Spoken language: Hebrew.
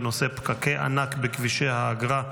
בנושא: פקקי ענק בכבישי האגרה,